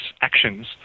actions